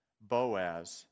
Boaz